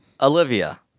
Olivia